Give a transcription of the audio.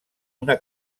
una